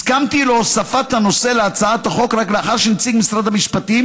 הסכמתי להוספת הנושא להצעת החוק רק לאחר שנציג משרד המשפטים